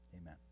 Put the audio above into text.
Amen